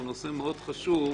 הוא נושא מאוד חשוב.